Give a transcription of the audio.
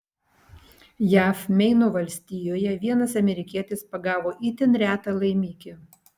jav meino valstijoje vienas amerikietis pagavo itin retą laimikį